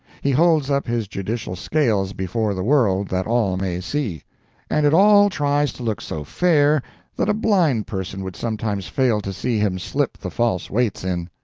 he holds up his judicial scales before the world, that all may see and it all tries to look so fair that a blind person would sometimes fail to see him slip the false weights in.